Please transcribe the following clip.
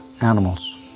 animals